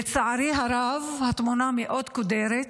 לצערי הרב, התמונה קודרת מאוד.